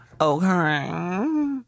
Okay